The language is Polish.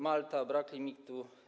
Malta - brak limitu.